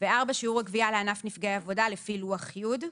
שיעור הגבייה לענף נפגעי עבודה לפי לוח י'.